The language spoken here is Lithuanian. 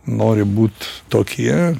nori būt tokie